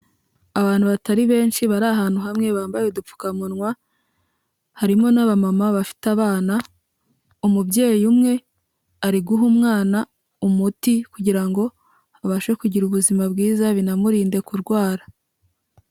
Abantu batari benshi bari ahantu hamwe bambaye udupfukamunwa, harimo n'abamama bafite abana. Umubyeyi umwe ari guha umwana umuti kugira ngo abashe kugira ubuzima bwiza binamurinde kurwara.